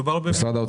בסדר,